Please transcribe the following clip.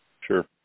Sure